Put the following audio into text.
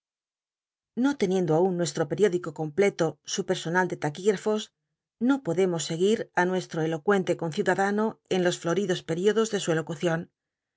no ten iendo aun nueslto periódico completo su personal de laquigtafos no podemos seguir ü nuestto elocuente conciudadano en los floridos períodos de su alocucion